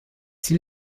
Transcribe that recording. ziel